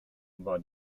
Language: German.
war